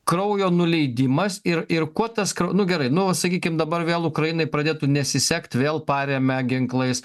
kraujo nuleidimas ir ir kuo tas nu gerai nu sakykim dabar vėl ukrainai pradėtų nesisekti vėl paremia ginklais